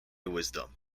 wisdom